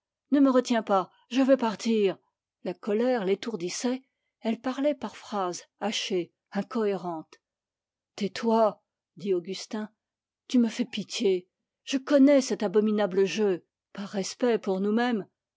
ne me retiens pas je veux partir la colère l'étourdissait elle parlait par phrases hachées incohérentes tais-toi tu me fais pitié je connais cet abominable jeu par respect pour nous-mêmes